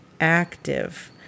active